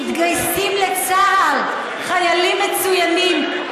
מתגייסים לצה"ל, חיילים מצוינים.